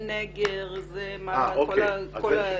נגר וכולי.